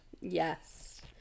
Yes